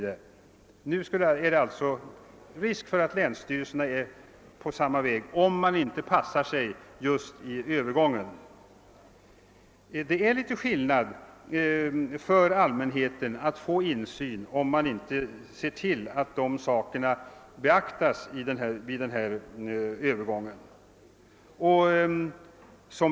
Risk föreligger att länsstyrelserna nu kommer in på samma väg om man inte passar sig i själva övergången. Det kan bli svårare för allmänheten att få insyn, om man inte ser till att just denna sak beaktas vid övergången.